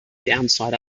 downside